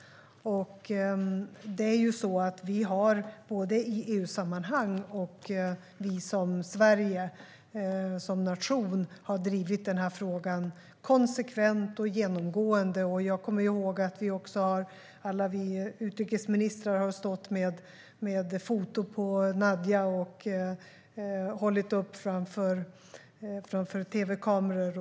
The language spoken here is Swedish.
Vi har både i EU-sammanhang och när Sverige har agerat som en nation drivit frågan konsekvent och genomgående. Alla utrikesministrar har hållit upp foton på Nadija framför tv-kameror.